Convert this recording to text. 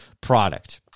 product